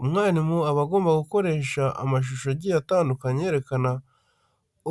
umwarimu aba agomba gukoresha amashusho agiye atandukanye yerekana